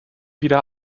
wieder